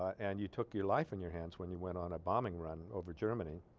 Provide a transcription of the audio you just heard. and you took your life in your hands when you went on a bombing run over germany